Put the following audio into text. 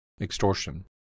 extortion